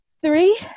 Three